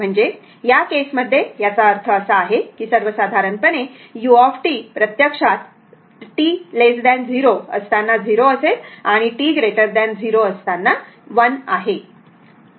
म्हणजे या केस मध्ये याचा अर्थ असा आहे की सर्वसाधारणपणे u प्रत्यक्षात t 0 असताना 0 असेल आणि t 0 असताना 1 आहे